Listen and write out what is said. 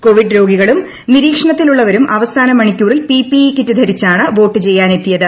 Covid രോഗികളും നിരീക്ഷണത്തിൽ ഉള്ളവരും അവസാന മണിക്കൂറിൽ പിപിഇ കീറ്റ് ധരിച്ചാണ് വോട്ട് ചെയ്യാനെത്തിയത്